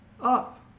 Up